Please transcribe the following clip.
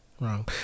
Wrong